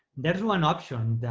there's one option